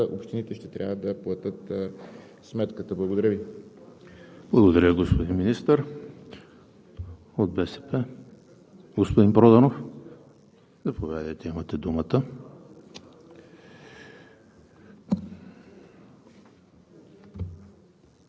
спешните ремонти, които бъдат направени и язовирите не са прехвърлени към държавата, общините ще трябва да платят сметката. Благодаря Ви. ПРЕДСЕДАТЕЛ ЕМИЛ ХРИСТОВ: Благодаря, господин Министър. От БСП – господин Проданов, заповядайте, имате думата.